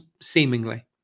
seemingly